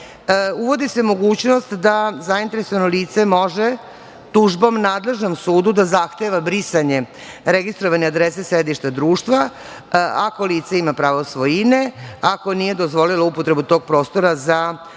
se mogućnost da zainteresovano lice može tužbom nadležnom sudu da zahteva brisanje registrovane adrese sedišta društva ako lice ima pravo svojine, ako nije dozvolilo upotrebu tog prostora za vršenje